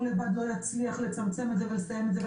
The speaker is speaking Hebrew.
הוא לבד לא יצליח לצמצם את זה ולסיים את זה,